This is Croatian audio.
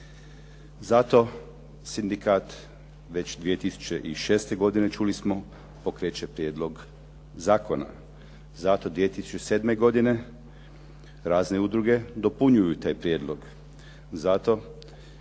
Zato sindikat već 2006. godine čuli smo pokreće prijedlog zakona, zato 2007. godine razne udruge dopunjuju taj prijedlog,